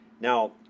Now